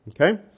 Okay